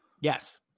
Yes